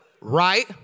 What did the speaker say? Right